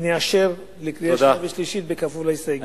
לאשר בקריאה שנייה ושלישית בכפוף להסתייגויות.